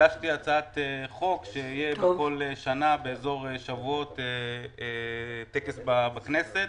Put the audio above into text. הגשתי הצעת חוק שבכל שנה בסביבות שבועות יהיה טקס בכנסת